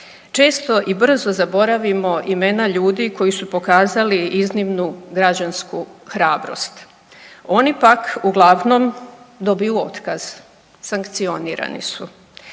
Često i brzo zaboravimo imena ljudi koji su pokazali iznimnu građansku hrabrost. Oni pak uglavnom dobiju otkaz, sankcionirani su.